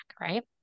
Right